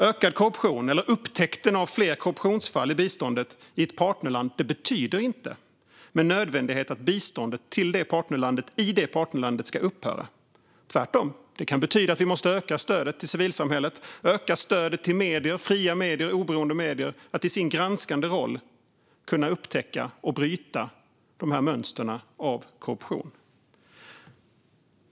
Ökad korruption eller upptäckten av fler korruptionsfall i biståndet i ett partnerland betyder inte med nödvändighet att biståndet till det partnerlandet eller i det partnerlandet ska upphöra. Det kan tvärtom betyda att vi måste öka stödet till civilsamhället och till fria och oberoende medier så att de i sin granskande roll kan upptäcka och bryta mönstren av korruption.